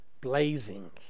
blazing